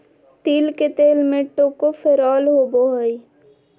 तिल के तेल में टोकोफेरोल होबा हइ